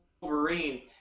Wolverine